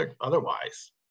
otherwise